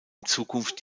zukunft